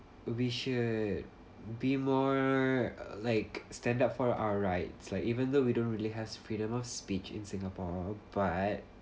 we should be more like stand up for our rights like even though we don't really have freedom of speech in singapore but